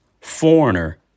foreigner